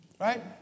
Right